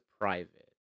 private